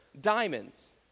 Diamonds